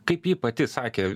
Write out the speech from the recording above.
kaip ji pati sakė